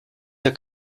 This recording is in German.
der